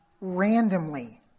randomly